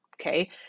Okay